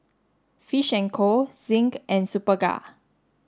Fish and Co Zinc and Superga